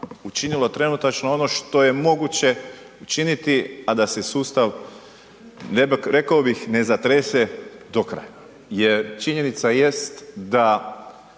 učinilo trenutačno ono što je moguće činiti, a da se sustav, rekao bih, ne zatrese do kraja. Jer činjenica jest da